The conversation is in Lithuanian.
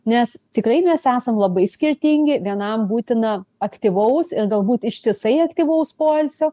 nes tikrai mes esam labai skirtingi vienam būtina aktyvaus ir galbūt ištisai aktyvaus poilsio